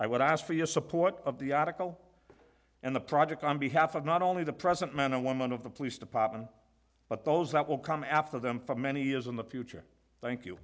i would ask for your support of the article and the project on behalf of not only the present men and women of the police department but those that will come after them for many years in the future thank you